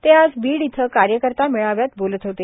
ते आज वीड इथे कार्यकर्ता मेळाव्यात बोलत होते